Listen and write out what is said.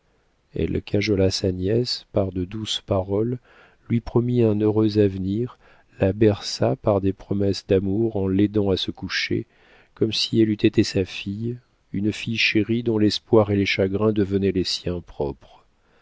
elle cajola sa nièce par de douces paroles lui promit un heureux avenir la berça par des promesses d'amour en l'aidant à se coucher comme si elle eût été sa fille une fille chérie dont l'espoir et les chagrins devenaient les siens propres